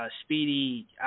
Speedy